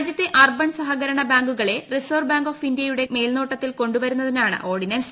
രാജ്യത്തെ അർബൻ സഹകരണ ബാങ്കുകളെ റിസർവ് ബാങ്ക് ഓഫ് ഇന്ത്യയുടെ മേൽനോട്ടത്തിൽ കൊണ്ടുവരുന്നതാണ് ഓർഡിനൻസ്